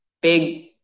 big